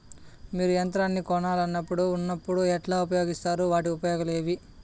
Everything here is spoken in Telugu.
మీరు యంత్రాన్ని కొనాలన్నప్పుడు ఉన్నప్పుడు ఎట్లా ఉపయోగిస్తారు వాటి ఉపయోగాలు ఏవి?